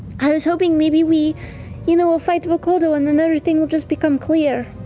i was hoping maybe we you know will fight vokodo and then everything will just become clear.